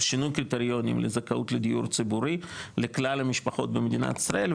שינוי קריטריונים ולזכאות לדיור ציבורי לכלל המשפחות במדינת ישראל,